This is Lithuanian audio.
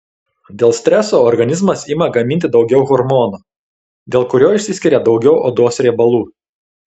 dėl streso organizmas ima gaminti daugiau hormono dėl kurio išsiskiria daugiau odos riebalų